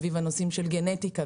סביב הנושאים של גנטיקה,